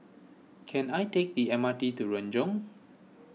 can I take the M R T to Renjong